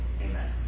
Amen